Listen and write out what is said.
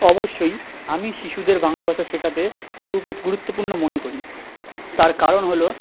অবশ্যই আমি শিশুদের বাংলা ভাষা শেখাতে গুরুত্বপূর্ণ মনে করি তার কারণ হলো